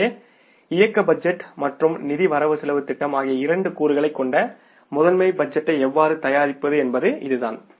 ஆகவே இயக்க பட்ஜெட் மற்றும் நிதி வரவு செலவுத் திட்டம் ஆகிய இரண்டு கூறுகளைக் கொண்ட முதன்மை பட்ஜெட்டை எவ்வாறு தயாரிப்பது என்பது இதுதான்